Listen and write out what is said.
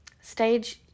stage